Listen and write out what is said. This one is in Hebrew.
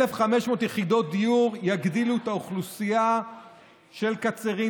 1,500 יחידות דיור יגדילו את האוכלוסייה של קצרין,